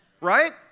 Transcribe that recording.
Right